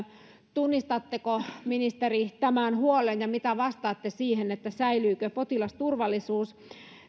tunnistatteko ministeri tämän huolen ja mitä vastaatte siihen säilyykö potilasturvallisuus